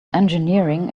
engineering